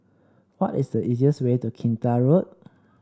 what is the easiest way to Kinta Road